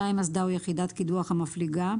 אסדה או יחידת קידוח המפליגה